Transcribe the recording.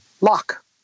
lock